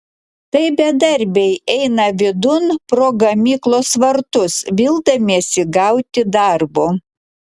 tai bedarbiai eina vidun pro gamyklos vartus vildamiesi gauti darbo